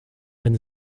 wenn